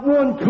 one